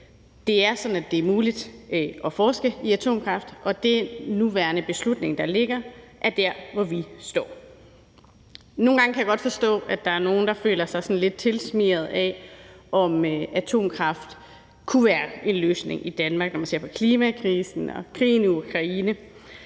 Det er sådan, at det er muligt at forske i atomkraft, og den beslutning, der ligger på nuværende tidspunkt, er der, hvor vi står. Nogle gange kan jeg godt forstå, at der er nogle, der føler sig lidt tiltrukket af, at atomkraft kunne være en løsning i Danmark, nemlig når man ser på klimakrisen og krigen i Ukraine.